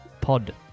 pod